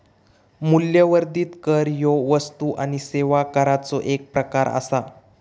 मूल्यवर्धित कर ह्यो वस्तू आणि सेवा कराचो एक प्रकार आसा